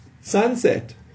sunset